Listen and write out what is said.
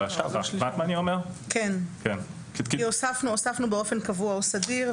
הוספנו באופן קבוע או סדיר.